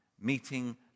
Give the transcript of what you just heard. meeting